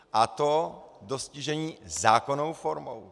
A to dostižení zákonnou formou.